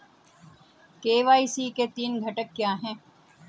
KYC के तीन घटक क्या हैं?